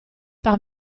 par